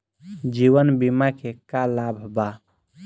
जीवन बीमा के का लाभ बा?